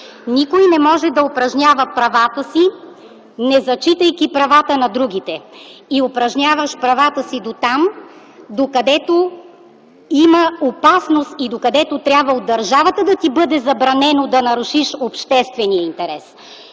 Никой не може да упражнява правата си, незачитайки правата на другите. Упражняваш правата си дотам, докъдето има опасност и докъдето от държавата трябва да ти бъде забранено да нарушиш обществения интерес.